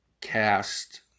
cast